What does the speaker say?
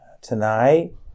tonight